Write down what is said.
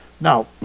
Now